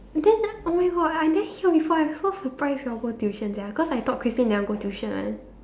then oh-my-God I never hear before eh I so surprised you all go tuition sia cause I thought Christine never go tuition one